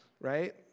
right